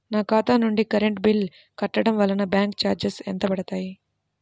నా ఖాతా నుండి కరెంట్ బిల్ కట్టడం వలన బ్యాంకు చార్జెస్ ఎంత పడతాయా?